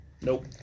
Nope